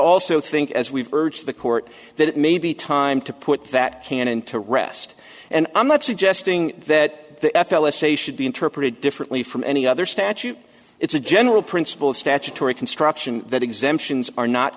also think as we've urged the court that it may be time to put that cannon to rest and i'm not suggesting that the f l s say should be interpreted differently from any other statute it's a general principle of statutory construction that exemptions are not